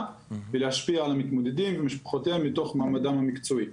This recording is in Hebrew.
ולהשפיע על המתמודדים ומשפחותיהם מתוך מעמדם המקצועי.